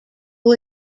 who